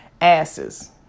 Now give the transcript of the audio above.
asses